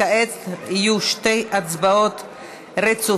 כעת יהיו שתי הצבעות רצופות.